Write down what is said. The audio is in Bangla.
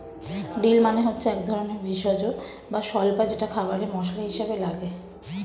ডিল মানে হচ্ছে একধরনের ভেষজ বা স্বল্পা যেটা খাবারে মসলা হিসেবে লাগে